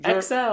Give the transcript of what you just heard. XL